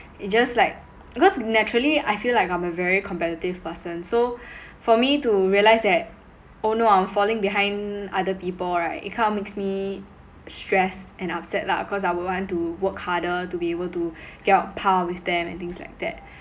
it's just like cause naturally I feel like I'm a very competitive person so for me to realise that oh no I'm falling behind other people right it kind of makes me stressed and upset lah cause I will want to work harder to be able to get on par with them and things like that